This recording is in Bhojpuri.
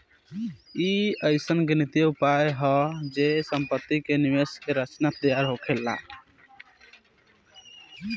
ई अइसन गणितीय उपाय हा जे से सम्पति के निवेश के रचना तैयार होखेला